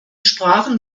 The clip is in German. sprachen